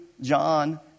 John